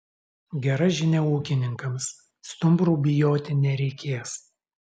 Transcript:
gera žinia ūkininkams stumbrų bijoti nereikės